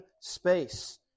space